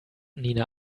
nina